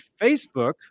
Facebook